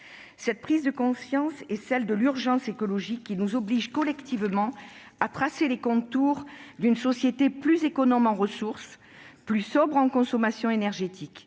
Cette prise de conscience est celle de l'urgence écologique qui nous oblige collectivement à tracer les contours d'une société plus économe en ressources et plus sobre en consommation énergétique.